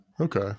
okay